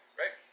right